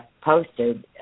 posted